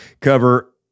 cover